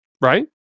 right